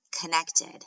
Connected